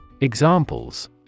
Examples